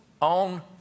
on